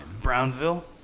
Brownsville